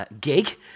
gig